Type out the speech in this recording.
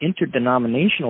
interdenominational